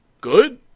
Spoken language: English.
good